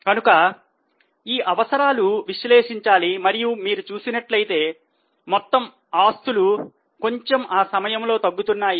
కనుక ఈ అవసరాలు విశ్లేషించాలి మరియు మీరు చూసినట్లయితే మొత్తం ఆస్తులు కొంచెము ఆ సమయములో తగ్గుతున్నాయి